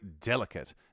delicate